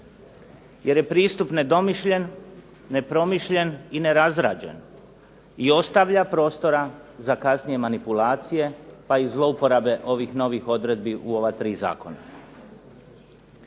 jer je pristup nedomišljen, nepromišljen i nerazrađen, i ostavlja prostora za kasnije manipulacije pa i zlouporabe ovih novih odredbi u ova tri zakona.